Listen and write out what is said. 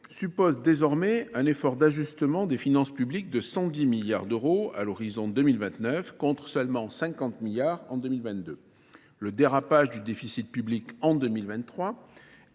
suppose désormais un effort d'ajustement des finances publiques de 110 milliards d'euros à l'horizon 2029 contre seulement 50 milliards en 2022. Le dérapage du déficit public en 2023